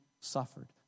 suffered